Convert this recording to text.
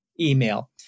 email